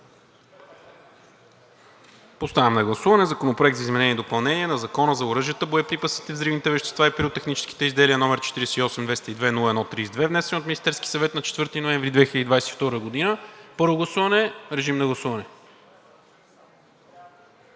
Подлагам на гласуване Законопроект за изменение и допълнение на Закона за оръжията, боеприпасите, взривните вещества и пиротехническите изделия, № 48-202-01-32, внесен от Министерския съвет на 4 ноември 2022 г. – първо гласуване. Гласували